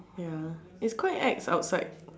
ya it's quite ex outside